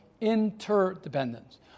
interdependence